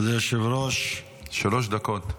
שלוש דקות.